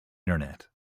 internet